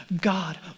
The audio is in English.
God